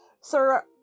sir